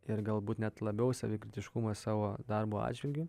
ir galbūt net labiau savikritiškumas savo darbo atžvilgiu